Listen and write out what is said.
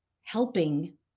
helping